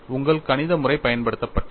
உங்கள் கணித முறை பயன்படுத்தப்பட்டது